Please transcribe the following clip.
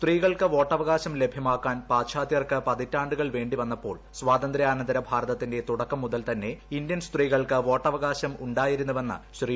സ്ത്രീകൾക്ക് വോട്ടവകാശം ലഭ്യമാക്കാൻ പാശ്ചാതൃർക്ക് പതിറ്റാണ്ടുകൾ വേ ിവന്നപ്പോൾ സ്വാതന്ത്ര്യാനന്തര ഭാരതത്തിന്റെ തുടക്കം മുതൽ തന്നെ ഇന്ത്യൻ സ്ത്രീകൾക്ക് വോട്ടവകാശം ഉണ്ടാായിരുന്നുവെന്ന് ശ്രീ